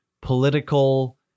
political